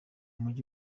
mujyi